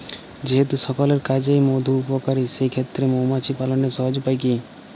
যেহেতু সকলের কাছেই মধু উপকারী সেই ক্ষেত্রে মৌমাছি পালনের সহজ উপায় কি?